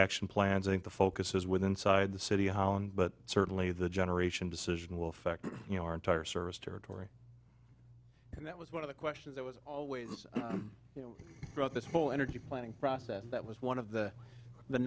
action plans and the focus is with inside the city holland but certainly the generation decision will affect you know our entire service territory and that was one of the questions that was always you know throughout this whole energy planning process that was one of the the